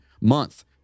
month